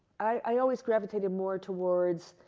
i always gravitated more towards,